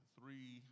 three